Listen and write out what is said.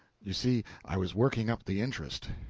you see, i was working up the interest.